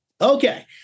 Okay